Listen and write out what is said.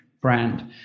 brand